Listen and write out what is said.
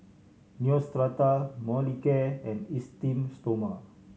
Neostrata Molicare and Esteem Stoma